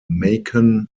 macon